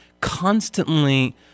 constantly